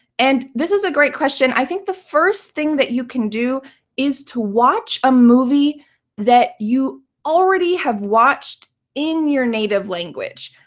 and this is a great question. i think the first thing that you can do is to watch a movie that you already have watched in your native language.